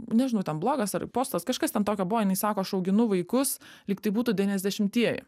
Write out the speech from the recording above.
nežinau ten blogas ar postas kažkas ten tokio buvo jinai sako aš auginu vaikus lyg tai būtų devyniasdešimtieji